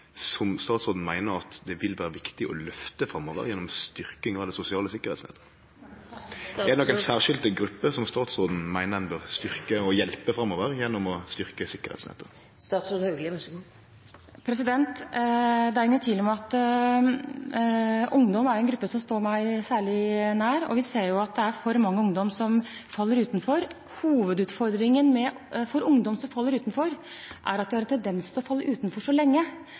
at statsråden har god kjennskap til frå hennar tidlegare virke som sosialbyråd. Mitt spørsmål til statsråden som er i ei ny rolle, er: Er det nokon særskilte grupper som statsråden meiner ein bør styrkje og hjelpe framover, gjennom å styrkje sikkerheitsnettet? Det er ingen tvil om at ungdom er en gruppe som står meg særlig nær, og vi ser at det er for mange ungdommer som faller utenfor. Hovedutfordringen for ungdom som faller utenfor, er at de har en tendens til å falle utenfor så lenge,